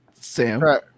Sam